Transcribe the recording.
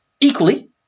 Equally